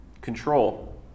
control